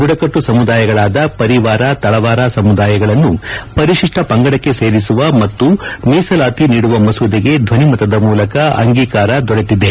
ಬುಡಕಟ್ನು ಸಮುದಾಯಗಳಾದ ಪರಿವಾರ ತಳವಾರ ಸಮುದಾಯಗಳನ್ನು ಪರಿತಿಷ್ನ ಪಂಗಡಕ್ಕೆ ಸೇರಿಸುವ ಮತ್ತು ಮೀಸಲಾತಿ ನೀಡುವ ಮಸೂದೆಗೆ ದ್ವನಿ ಮತದ ಮೂಲಕ ಅಂಗೀಕಾರ ದೊರೆತಿದೆ